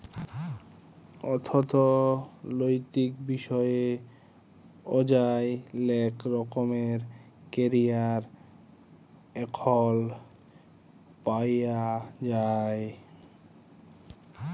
অথ্থলৈতিক বিষয়ে অযায় লেক রকমের ক্যারিয়ার এখল পাউয়া যায়